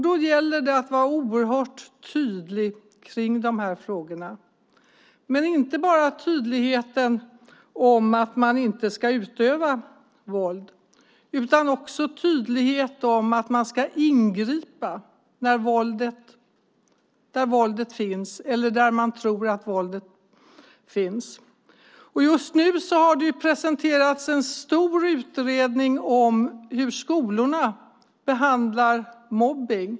Då gäller det att vara oerhört tydlig, men inte bara med att man inte ska utöva våld utan också att man ska ingripa där våldet finns eller där man tror att våldet finns. Just nu har det presenterats en stor utredning om hur skolorna behandlar mobbning.